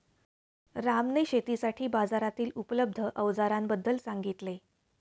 रामने शेतीसाठी बाजारातील उपलब्ध अवजारांबद्दल सांगितले